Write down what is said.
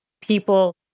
people